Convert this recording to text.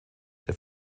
der